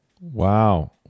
Wow